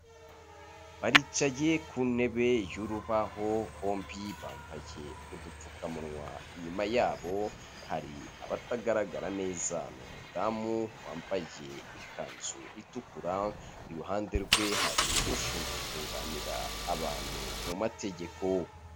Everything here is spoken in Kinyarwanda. Baricaye ku ntebe y'urubaho bombi bambaye udupfukamunwa inyuma yabo hari abatagaragara neza ni umudamu wambaje ikanzu itukura iruhande rwe hari ushinzwe kunganira abantu mu mategeko.